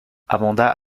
amanda